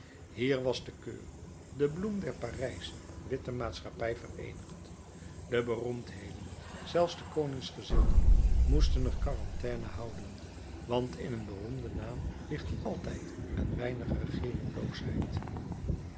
hier was de keur de bloem der parijsche witte maatschappij vereenigd de beroemdheden zelfs de koningsgezinde moesten er quarantaine houden want in een beroemden naam ligt altijd een weinig